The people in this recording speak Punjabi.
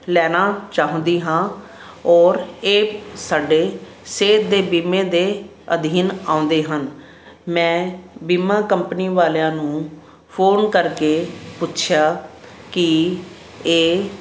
ਲੈਣਾ ਚਾਹੁੰਦੀ ਹਾਂ ਔਰ ਇਹ ਸਾਡੇ ਸਿਹਤ ਦੇ ਬੀਮੇ ਦੇ ਅਧੀਨ ਆਉਂਦੇ ਹਨ ਮੈਂ ਬੀਮਾ ਕੰਪਨੀ ਵਾਲਿਆਂ ਨੂੰ ਫੋਨ ਕਰਕੇ ਪੁੱਛਿਆ ਕਿ ਇਹ